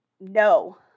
no